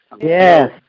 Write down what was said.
Yes